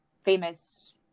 famous